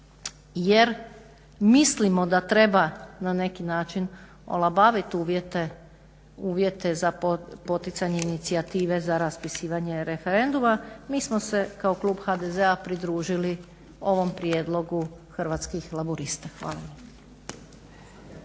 jer mislimo da treba na neki način olabavit uvjete za poticanje inicijative za raspisivanje referenduma mi smo se kao klub HDZ-a pridružili ovom prijedlogu Hrvatskih laburista.